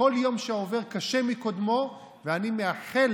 כל יום שעובר קשה מקודמו, ואני מאחל